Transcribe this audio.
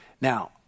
Now